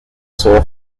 saw